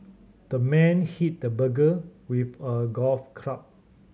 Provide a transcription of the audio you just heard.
the man hit the burglar with a golf club